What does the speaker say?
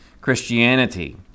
Christianity